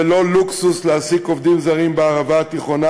זה לא לוקסוס להעסיק עובדים בערבה התיכונה,